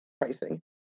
pricing